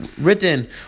written